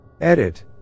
Edit